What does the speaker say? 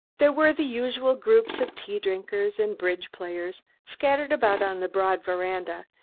there were the usual groups of tea-drinkers and bridge-players scattered about on the broad veranda,